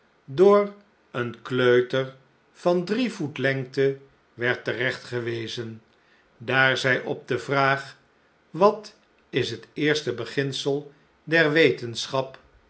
door een kleuter van drie voet lengte werd terechtgewezen daar zij op de vraag wat is het eerste beginsel der wetenschap